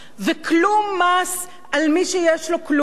וכלום מס על מי שיש לו כלום.